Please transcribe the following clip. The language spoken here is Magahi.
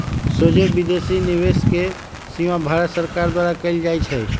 सोझे विदेशी निवेश के सीमा भारत सरकार द्वारा कएल जाइ छइ